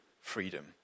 freedom